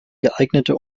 geeignete